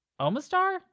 Omastar